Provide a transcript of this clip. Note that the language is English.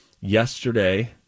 yesterday